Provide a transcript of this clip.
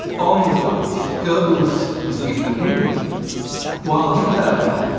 on the flight, goebbels is reading the papers while hitler